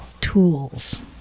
Tools